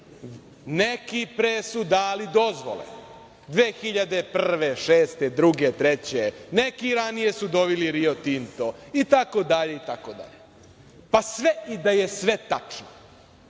neki pre su dali dozvole, 2001. 2006, 2002, 2003, neki ranije su doveli Rio Tinto i tako dalje. Pa, sve da je i sve tačno